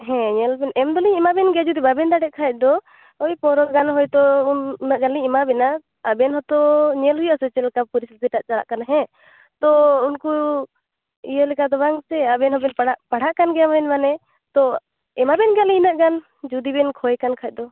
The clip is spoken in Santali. ᱧᱮᱞ ᱵᱮᱱ ᱮᱢᱚᱜ ᱫᱚᱞᱤᱧ ᱮᱢᱟ ᱵᱮᱱ ᱜᱮᱭᱟ ᱡᱚᱫᱤ ᱵᱟᱵᱮᱱ ᱫᱟᱲᱮ ᱠᱷᱟᱡ ᱫᱚ ᱳᱭ ᱯᱚᱱᱮᱨᱳ ᱜᱟᱱ ᱦᱚᱭᱛᱳ ᱩᱱᱟᱜ ᱜᱟᱱ ᱞᱤᱧ ᱮᱢᱟ ᱦᱟᱵᱮᱱᱟ ᱟᱵᱮᱱ ᱦᱚᱛᱚ ᱧᱮᱞ ᱦᱩᱭᱩ ᱟᱥᱮ ᱪᱮᱫ ᱞᱮᱠᱟ ᱯᱚᱨᱤᱥᱛᱷᱤᱛᱤ ᱴᱟ ᱪᱟᱞᱟ ᱠᱟᱱᱟ ᱛᱳ ᱩᱱᱠᱩᱤᱭᱟᱹ ᱞᱮᱠᱟ ᱫᱚ ᱵᱟᱝ ᱥᱮ ᱟᱵᱮᱱ ᱦᱚᱵᱮᱱ ᱯᱟᱲᱦᱟ ᱯᱟᱲᱦᱟ ᱠᱟᱱ ᱜᱮᱭᱟ ᱵᱮᱱ ᱢᱟᱱᱮ ᱮᱢᱟ ᱵᱮᱱ ᱜᱮᱭᱟ ᱞᱤᱧ ᱩᱱᱟᱹᱜ ᱜᱟᱱ ᱡᱚᱫᱤ ᱵᱮᱱ ᱠᱷᱚᱭ ᱠᱟᱱ ᱠᱷᱟᱱ ᱫᱚ